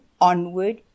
onward